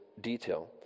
detail